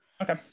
Okay